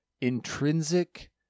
intrinsic